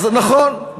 אז נכון,